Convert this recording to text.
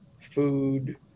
food